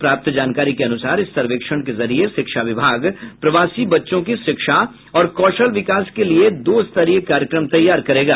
प्राप्त जानकारी के अनुसार इस सर्वेक्षण के जरिये शिक्षा विभाग प्रवासी बच्चों की शिक्षा और कौशल विकास के लिये दो स्तरीय कार्यक्रम तैयार करेगा